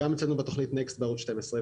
גם אצלנו בתכנית נקסט בעמוד 12,